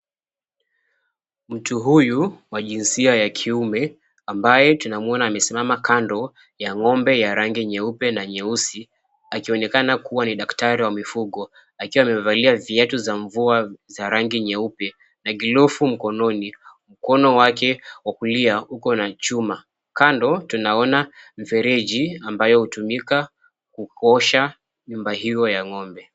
Mtu huyu wa jinsia ya kiume, ambaye tunamwona amesimama kando ya ng'ombe ya rangi nyeupe na nyeusi, akionekana kua ni daktari wa mifugo akiwa amevalia viatu za mvua za rangi nyeupe, na glovu mkononi. Mkono wake wa kulia uko na chuma. Kando, tunaona mfereji ambayo hutumika kuosha nyumba hiyo ya ng'ombe.